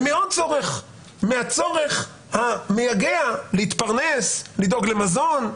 ומעוד צורך, מהצורך המייגע להתפרנס, לדאוג למזון.